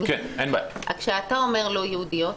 כאתה אומר לא יהודיות,